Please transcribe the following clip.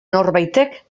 norbaitek